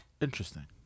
Interesting